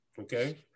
okay